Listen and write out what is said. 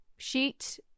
sheet